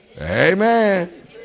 Amen